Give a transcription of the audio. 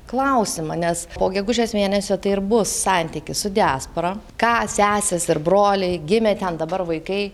klausimą nes po gegužės mėnesio tai ir bus santykis su diaspora ką sesės ir broliai gimę ten dabar vaikai